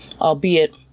albeit